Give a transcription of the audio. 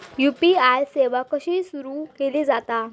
UPI सेवा कशी सुरू केली जाता?